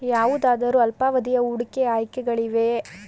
ಯಾವುದಾದರು ಅಲ್ಪಾವಧಿಯ ಹೂಡಿಕೆ ಆಯ್ಕೆಗಳಿವೆಯೇ?